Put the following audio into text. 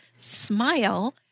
smile